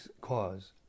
cause